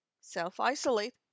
self-isolate